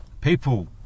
People